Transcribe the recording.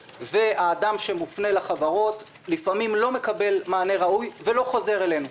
והאדם שמופנה לחברות לפעמים לא מקבל מענה ראוי ולא חוזר אלינו,